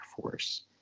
force